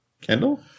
Kendall